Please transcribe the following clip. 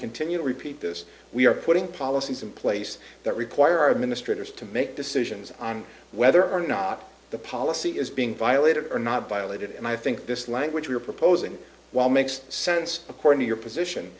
continue to repeat this we are putting policies in place that require administrators to make decisions on whether or not the policy is being violated or not violated and i think this language you're proposing while makes sense according to your position